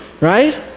right